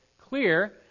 clear